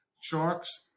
Sharks